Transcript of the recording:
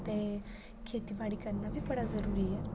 ते खेतीबाड़ी करना बी बड़ा जरूरी ऐ